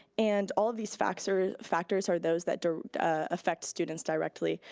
and all of these factors factors are those that affect students directly.